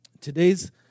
Today's